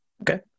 Okay